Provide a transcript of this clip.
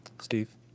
Steve